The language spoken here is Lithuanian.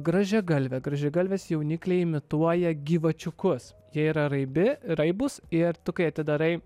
gražiagalvė gražiagalvės jaunikliai imituoja gyvačiukus jie yra raibi raibus ir tu kai atidarai